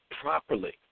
properly